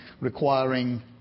requiring